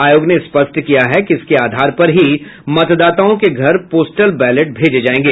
आयोग ने स्पष्ट किया है कि इसके आधार पर ही मतदाताओं के घर पोस्टल बैलेट भेजा जायेगा